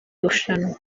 rushanwa